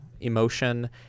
emotion